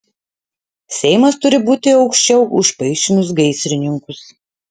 seimas turi būti aukščiau už paišinus gaisrininkus